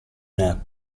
nap